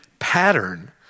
pattern